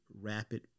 rapid